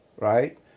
right